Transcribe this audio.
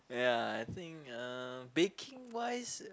ya I think uh baking wise